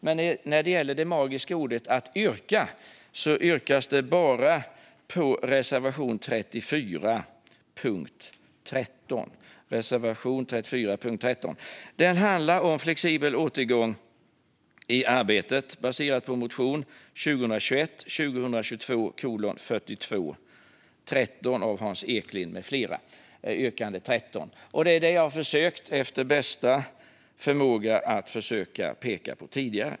Men när det gäller det magiska ordet yrka yrkas bifall bara till reservation 34 under punkt 13. Den handlar om flexibel återgång i arbete baserat på motion 2021/22:4213 av Hans Eklind med flera. Det är detta jag efter bästa förmåga har försökt att peka på tidigare.